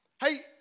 Hey